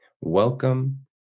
Welcome